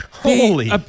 Holy